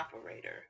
operator